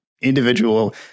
individual